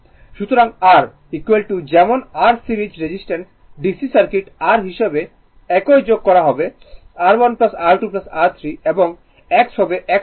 সুতরাং R যেমন r series resistance DC circuit R হিসাবে একই যোগ করা হবে R1 R2 R3 এবং X হবে X1 X2